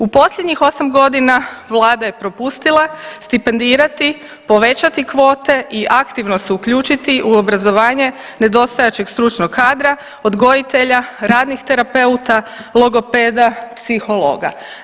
U posljednjih 8 godina vlada je propustila stipendirati, povećati kvote i aktivno se uključiti u obrazovanje nedostajaćeg stručnog kadra, odgojitelja, radnih terapeuta, logopeda, psihologa.